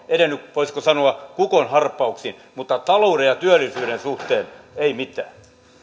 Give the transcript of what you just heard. edennyt voisiko sanoa kukonharppauksin mutta talouden ja työllisyyden suhteen ei mitään